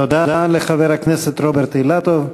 תודה לחבר הכנסת רוברט אילטוב.